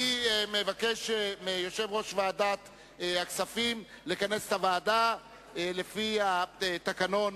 אני מבקש מיושב-ראש ועדת הכספים לכנס את הוועדה לפי התקנון.